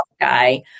guy